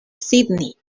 sídney